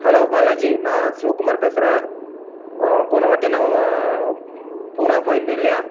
hello Balaji நான் சிவகுமார் பேசுகிறேன் போனவாட்டி நான் பூனா போயிருந்தேன் இல்லையா